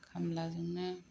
खामलाजोंनो